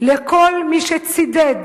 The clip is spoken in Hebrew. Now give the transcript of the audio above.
לכל מי שצידד